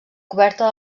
coberta